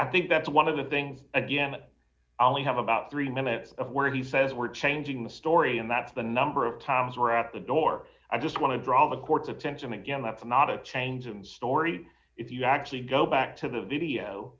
i think that's one of the things again i only have about three minutes of where he says we're changing the story and that's the number of times we're at the door i just want to draw the court's attention again that's not a change in story if you actually go back to the video